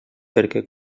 perquè